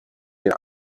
den